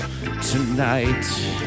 tonight